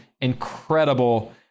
incredible